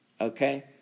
okay